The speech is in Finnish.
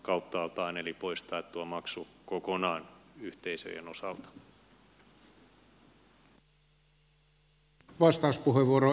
tuon maksun poistamiseen kokonaan yhteisöjen osalta